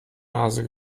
nase